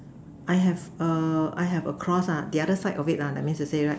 I have a I have a cross ah the other side of it lah that means to say right